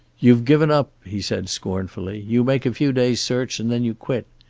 you've given up, he said scornfully. you make a few days' search, and then you quit.